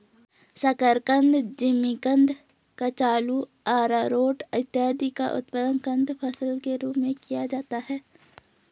शकरकंद, जिमीकंद, कचालू, आरारोट इत्यादि का उत्पादन कंद फसल के रूप में किया जाता है